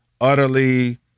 utterly